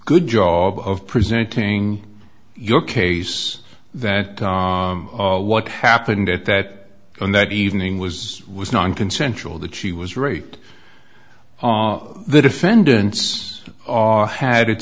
good job of presenting your case that what happened at that and that evening was was nonconsensual that she was raped the defendants had it